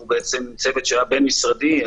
זה צוות בין-משרדי.